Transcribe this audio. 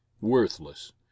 worthless